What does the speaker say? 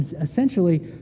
Essentially